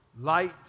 Light